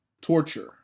torture